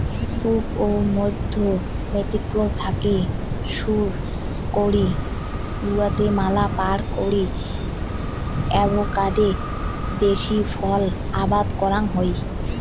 পুব ও মইধ্য মেক্সিকো থাকি শুরু করি গুয়াতেমালা পার করি অ্যাভোকাডো দেশী ফল আবাদ করাং হই